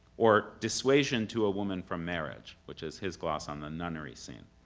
or, dissuasion to a woman from marriage, which is his gloss on the nunnery scene.